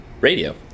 radio